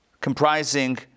comprising